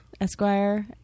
Esquire